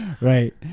Right